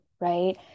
right